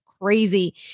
crazy